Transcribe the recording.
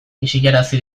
isilarazi